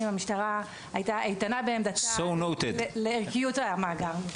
המשטרה הייתה איתנה בעמדתה לערכיות המאגר.